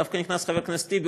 דווקא נכנס חבר הכנסת טיבי,